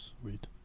sweet